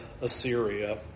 Assyria